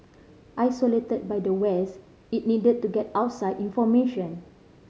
isolated by the West it needed to get outside information